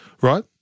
right